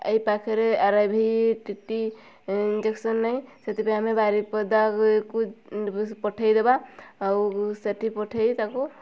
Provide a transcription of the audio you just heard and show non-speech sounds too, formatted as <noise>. ଏଇ ପାଖରେ R I V T T injection ନାହିଁ ସେଥିପାଇଁ ଆମେ ବାରିପଦାକୁ <unintelligible> ପଠାଇଦେବା ଆଉ ସେଇଠି ପଠାଇ ତାକୁ